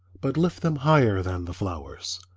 but lift them higher than the flowers,